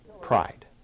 Pride